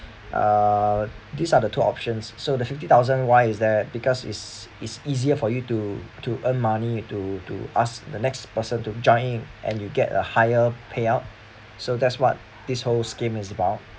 uh these are the two options so the fifty thousand why is that because it's it's easier for you to to earn money to to ask the next person to join and you get a higher payout so that's what this whole scheme is about